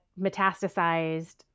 metastasized